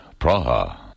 Praha